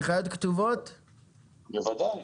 בוודאי.